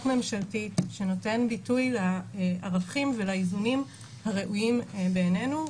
ממשלתית שנותנת ביטוי לערכים ולאיזונים הראויים בעינינו,